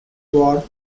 ward